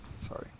sorry